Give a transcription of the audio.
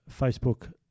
Facebook